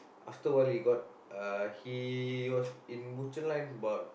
after a while he got uh he was in butcher line about